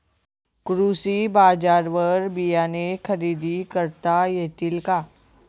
कृषी बाजारवर बियाणे खरेदी करता येतील का?